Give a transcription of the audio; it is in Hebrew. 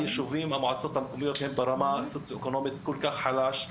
הרי המועצות המקומיות שם הן במצב סוציו אקונומי נורא כל כך חלש,